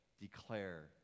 Declare